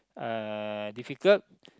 uh difficult